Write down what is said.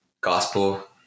gospel